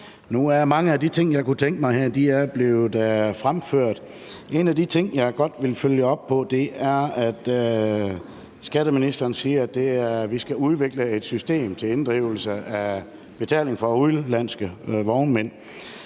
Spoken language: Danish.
Nu er mange af de ting, jeg kunne tænke mig at spørge om, blevet fremført. En af de ting, jeg godt vil følge op på, er, at skatteministeren siger, at vi skal udvikle et system til inddrivelse af betaling for udenlandske vognmænd.